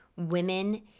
women